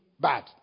bad